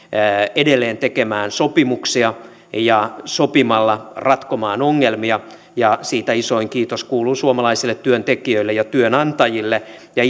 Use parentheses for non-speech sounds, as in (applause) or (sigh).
edelleen tekemään sopimuksia ja sopimalla ratkomaan ongelmia siitä isoin kiitos kuuluu suomalaisille työntekijöille ja työnantajille ja (unintelligible)